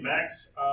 Max